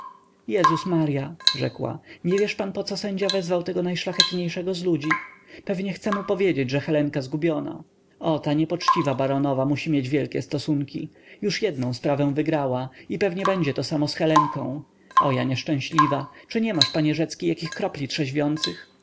jezus marya rzekła nie wiesz pan poco sędzia wezwał tego najszlachetniejszego z ludzi pewnie chce mu powiedzieć że helenka zgubiona o ta niepoczciwa baronowa musi mieć wielkie stosunki już jednę sprawę wygrała i pewnie będzie to samo z helenką o ja nieszczęśliwa czy nie masz panie rzecki jakich kropli